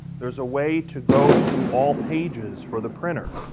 there's a way to go to all pages for the printer.